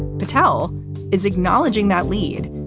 patel is acknowledging that lead,